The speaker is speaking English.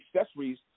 accessories